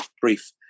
brief